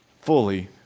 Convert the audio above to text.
fully